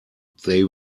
they